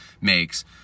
makes